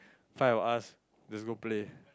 five of us just go play